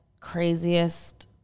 craziest